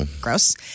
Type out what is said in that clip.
Gross